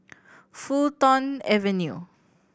Fulton Avenue